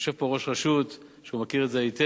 יושב פה ראש רשות, הוא מכיר את זה היטב,